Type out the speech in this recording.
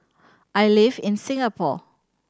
I live in Singapore